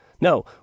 No